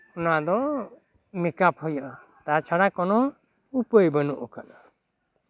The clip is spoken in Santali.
ᱚᱱᱟ ᱫᱚ ᱢᱮᱠᱟᱯ ᱦᱩᱭᱩᱜᱼᱟ ᱛᱟᱪᱷᱟᱲᱟ ᱠᱳᱱᱳ ᱩᱯᱟᱹᱭ ᱵᱟᱹᱱᱩᱜ ᱠᱟᱫᱟ